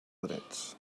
drets